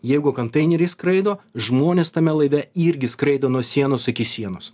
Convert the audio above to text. jeigu kanteineriai skraido žmonės tame laive irgi skraido nuo sienos iki sienos